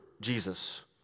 Jesus